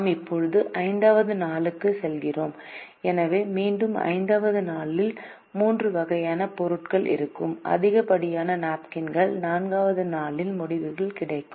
நாம் இப்போது 5 வது நாளுக்குச் செல்கிறோம் எனவே மீண்டும் 5 வது நாளில் மூன்று வகையான பொருட்கள் இருக்கும் அதிகப்படியான நாப்கின்கள் 4 வது நாளின் முடிவில் கிடைக்கும்